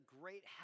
great